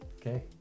okay